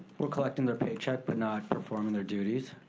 were collectin' their paycheck but not performin' their duties.